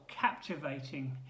captivating